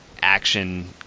action